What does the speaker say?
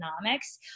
economics